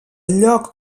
lloc